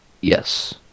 yes